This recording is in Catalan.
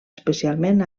especialment